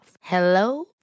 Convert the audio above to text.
Hello